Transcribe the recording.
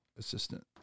assistant